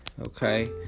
okay